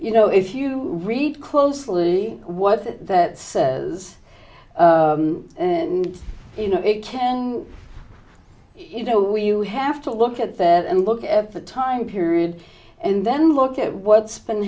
you know if you read closely what that says and you know it can you know you have to look at that and look at the time period and then look at what's been